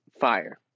fire